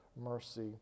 mercy